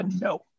no